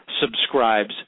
subscribes